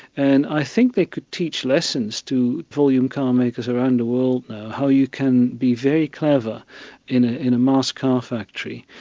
and i think they could teach lessons to volume car makers around the world now, how you can be very clever in ah in a mass car factory.